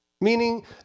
Meaning